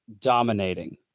dominating